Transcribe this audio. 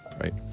right